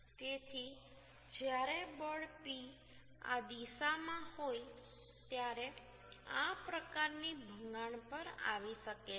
તેથી જ્યારે બળ P આ દિશામાં હોય ત્યારે આ પ્રકારની ભંગાણ પણ આવી શકે છે